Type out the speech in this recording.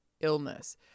illness